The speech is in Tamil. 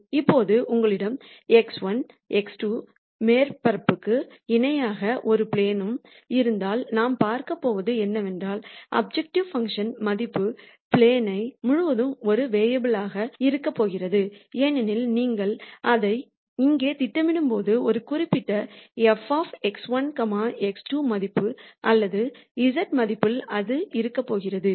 இப்போது உங்களிடம் x1 x2 மேற்பரப்புக்கு இணையான ஒரு ப்ளேன் ம் இருந்தால் நாம் பார்க்கப் போவது என்னவென்றால் அப்ஜெக்டிவ் பங்க்ஷன் மதிப்பு ப்ளேன் ம் முழுவதும் ஒரு வேரியபுல்லாக இருக்கப் போகிறது ஏனெனில் நீங்கள் அதை இங்கே திட்டமிடும்போது ஒரு குறிப்பிட்ட f x1 x2 மதிப்பு அல்லது z மதிப்பில் அது இருக்கப் போகிறது